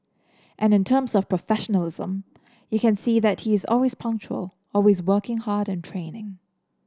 and in terms of professionalism you can see that he is always punctual always working hard in training